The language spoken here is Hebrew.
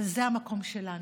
אבל זה המקום שלנו,